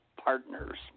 partners